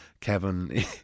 Kevin